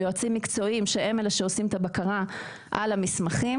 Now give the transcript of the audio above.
יועצים מקצועיים שהם אלה שעושים את הבקרה על המסמכים.